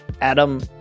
Adam